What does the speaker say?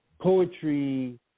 Poetry